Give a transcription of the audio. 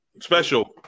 special